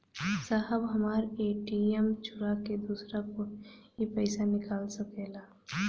साहब हमार ए.टी.एम चूरा के दूसर कोई पैसा निकाल सकेला?